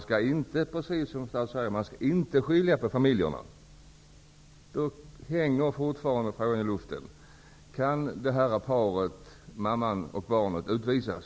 Statsrådet säger att familjerna inte skall skingras. Då hänger fortfarande frågan i luften: Kan mamman och barnet utvisas?